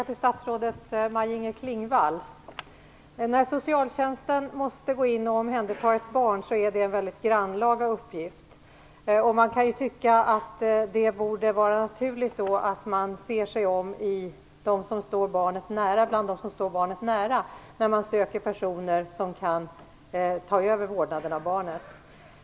Fru talman! Jag har en fråga till statsrådet Maj När socialtjänsten måste gå in och omhänderta ett barn är det en väldigt grannlaga uppgift. Det kan tyckas att det då borde vara naturligt att man ser sig om bland dem som står barnet nära när man söker personer som kan ta över vårdnaden av barnet.